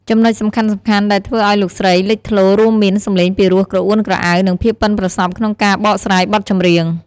ចំណុចសំខាន់ៗដែលធ្វើឱ្យលោកស្រីលេចធ្លោរួមមាន សំឡេងពីរោះក្រអួនក្រអៅ និងភាពបុិនប្រសព្វក្នុងការបកស្រាយបទចម្រៀង។